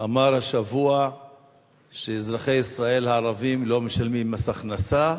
אמר השבוע שאזרחי ישראל הערבים לא משלמים מס הכנסה,